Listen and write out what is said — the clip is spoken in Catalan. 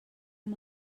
amb